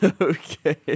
Okay